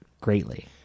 greatly